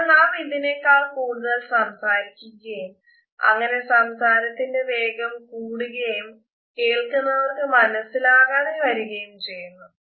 എന്നാൽ നാം ഇതിനേക്കാൾ കൂടുതൽ സംസാരിക്കുകയും അങ്ങനെ സംസാരത്തിന്റെ വേഗം കൂടുകയും കേള്കുന്നവർക് മനസിലാകാതെ വരികയും ചെയുന്നു